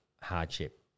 hardship